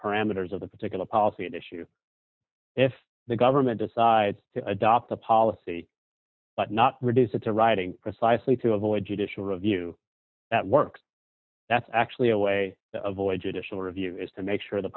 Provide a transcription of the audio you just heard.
parameters of the particular policy at issue if the government decides to adopt a policy but not reduce it to writing precisely to avoid judicial review at work that's actually a way to avoid judicial review is to make sure the